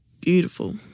Beautiful